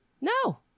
No